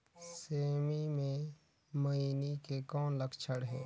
सेमी मे मईनी के कौन लक्षण हे?